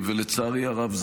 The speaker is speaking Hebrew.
לצערי הרב,